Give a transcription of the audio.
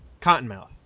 Cottonmouth